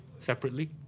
separately